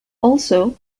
also